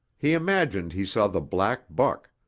he imagined he saw the black buck,